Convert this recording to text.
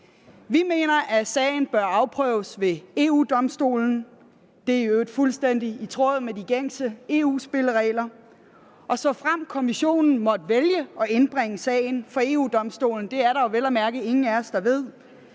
Vi mener, at sagen bør afprøves ved EU-Domstolen – det er i øvrigt fuldstændig i tråd med de gængse EU-spilleregler. Og såfremt Kommissionen måtte vælge at indbringe sagen for EU-Domstolen – det er der vel at mærke ingen af os der ved